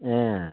ए अँ